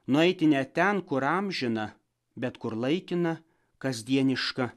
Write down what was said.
nueiti ne ten kur amžina bet kur laikina kasdieniška